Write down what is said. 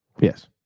Yes